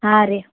ಹಾಂ ರೀ